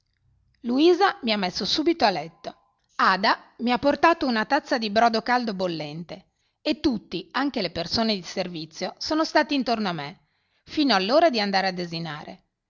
luisa mi ha messo subito a letto ada mi ha portato una tazza di brodo caldo bollente e tutti anche le persone di servizio sono stati intorno a me fino all'ora di andare a desinare